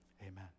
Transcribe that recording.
amen